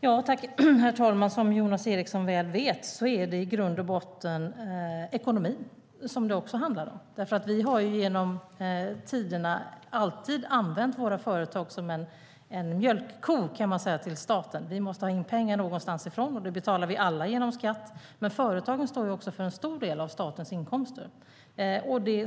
Herr talman! Som Jonas Eriksson vet är det i grund och botten ekonomin som det också handlar om. Vi har i alla tider alltid använt våra företag som mjölkkor för staten. Vi måste ha in pengar någonstans ifrån, och vi betalar alla skatt. Men företagen står också för en stor del av statens inkomster.